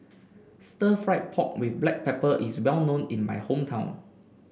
Stir Fried Pork with Black Pepper is well known in my hometown